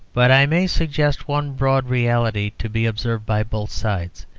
but i may suggest one broad reality to be observed by both sides,